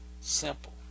Simple